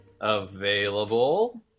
available